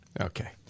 Okay